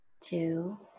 two